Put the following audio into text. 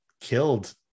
killed